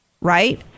right